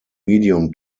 medium